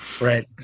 Right